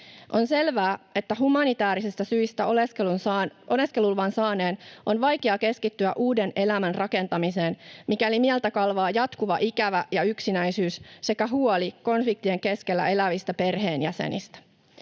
On selvää, että humanitäärisistä syistä oleskeluluvan saaneen on vaikea keskittyä uuden elämän rakentamiseen, mikäli mieltä kalvaa jatkuva ikävä ja yksinäisyys sekä huoli konfliktien keskellä elävistä perheenjäsenistä.